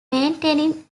maintaining